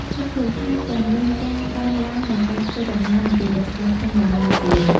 ក្នុងនោះ ថែមទាំងមាន ការកើនឡើងនៃការធ្វើដំណើរ និងពាណិជ្ជកម្មក្នុងតំបន់អាស៊ាន។